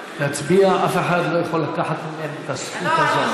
להצביע, אף אחד לא יכול לקחת ממנה את הזכות הזו.